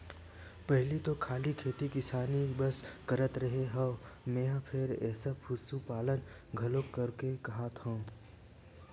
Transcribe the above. पहिली तो खाली खेती किसानी बस करत रेहे हँव मेंहा फेर एसो पसुपालन घलोक करहूं काहत हंव